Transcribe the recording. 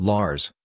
Lars